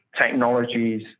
technologies